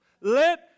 Let